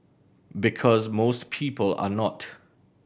because most people are not